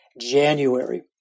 January